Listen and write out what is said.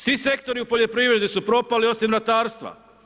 Svi sektori u poljoprivredi su propali osim ratarstva.